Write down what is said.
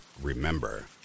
remember